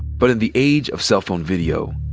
but in the age of cell phone video,